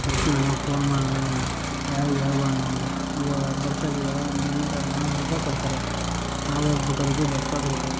ಬರ್ತೀನಿ ಅಣ್ಣಾ ಫೋನ್ ಮಾಡು ಅಣ್ಣಾ ಯಾರಿಗೂ ಹೇಳ್ಬೇಡಣ್ಣಾ ಇವಾಗ ಬಡ್ಸಕ್ಕೆ ಇವಾಗ ಮುನ್ನೂರು ನಾನೂರು ರೂಪಾಯಿ ಕೊಡ್ತಾರೆ ನಾವು ಹೋಗ್ಬೇಕಾರೆ ಇದ್ದಿದ್ದು ಎಪ್ಪತ್ತು ರೂಪಾಯಿ